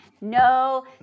no